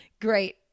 great